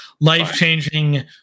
life-changing